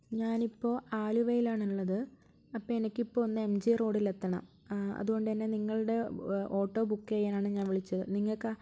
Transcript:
ഞാനിപ്പോൾ ആലുവയിലാണുള്ളത് അപ്പോൾ എനിക്കിപ്പോൾ ഒന്ന് എം ജി റോഡിലെത്തണം അതുകൊണ്ട് തന്നെ നിങ്ങളുടെ ഓട്ടോ ബുക്ക് ചെയ്യാനാണ് ഞാൻ വിളിച്ചത് നിങ്ങൾക്ക്